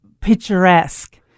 picturesque